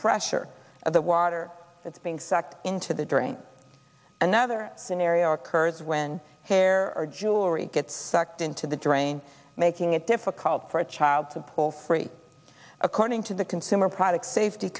of the water that's being sucked into the drain another scenario occurs when hair or jewelry gets sucked into the drain making it difficult for a child support free according to the consumer products safety